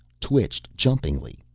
twitched jumpingly,